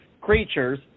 creatures